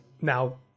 Now